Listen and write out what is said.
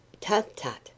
Tut-tut